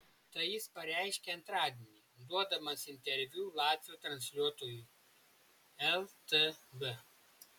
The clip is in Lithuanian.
tai jis pareiškė antradienį duodamas interviu latvių transliuotojui ltv